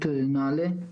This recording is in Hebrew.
נעל"ה.